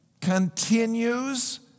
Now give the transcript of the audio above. Continues